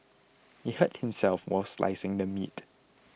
he hurt himself while slicing the meat